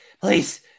please